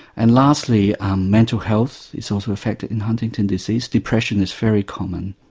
and lastly mental health is also affected in huntington's disease, depression is very common.